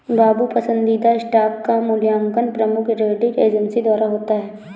बाबू पसंदीदा स्टॉक का मूल्यांकन प्रमुख क्रेडिट एजेंसी द्वारा होता है